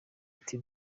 ati